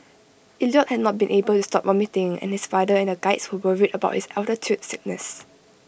Elliot had not been able to stop vomiting and his father and the Guides were worried about his altitude sickness